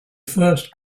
first